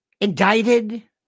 indicted